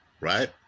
right